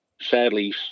Sadly